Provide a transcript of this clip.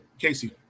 Casey